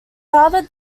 father